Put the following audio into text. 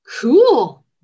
cool